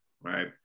right